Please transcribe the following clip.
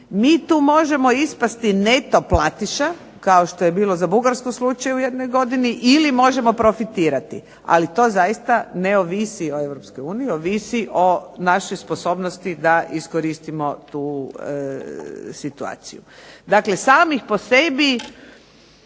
Mi tu možemo ispasti neto platiša kao što je bilo za Bugarsku slučaj u jednoj godini ili možemo profitirati. Ali to zaista ne ovisi o Europskoj uniji, ovisi o našoj sposobnosti da iskoristimo tu situaciju. Dakle, sami po sebi,